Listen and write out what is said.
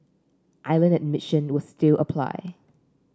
island admission will still apply